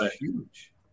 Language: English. huge